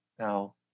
Now